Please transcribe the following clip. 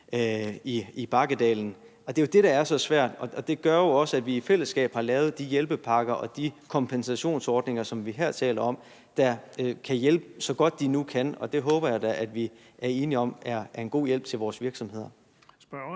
i bakkedalen? Det er jo det, der er så svært, og det gør jo også, at vi i fællesskab har lavet de hjælpepakker og de kompensationsordninger, som vi her taler om, der kan hjælpe så godt, som de nu kan. Det håber jeg da at vi er enige om er en god hjælp til vores virksomheder.